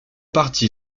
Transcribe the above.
parti